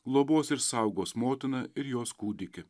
globos ir saugos motiną ir jos kūdikį